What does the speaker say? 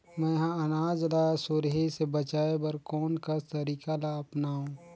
मैं ह अनाज ला सुरही से बचाये बर कोन कस तरीका ला अपनाव?